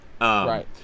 right